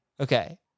Okay